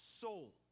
soul